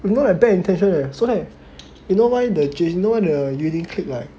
with no like bad intention leh that's why you know why you know why the uni clique ah